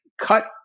cut